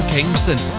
Kingston